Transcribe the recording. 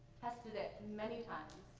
tested it many times,